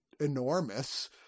enormous